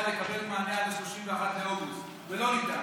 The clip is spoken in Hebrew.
לקבל מענה עד 31 באוגוסט והיא לא נענתה.